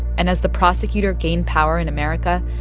and as the prosecutor gained power in america,